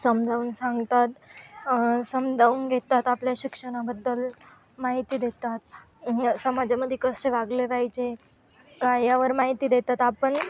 समजावून सांगतात समजावून घेतात आपल्या शिक्षणाबद्दल माहिती देतात आणि समाजामध्ये कसे वागले पाहिजे का यावर माहिती देतात आपण